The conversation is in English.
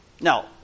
Now